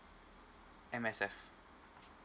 M_S_F